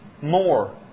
more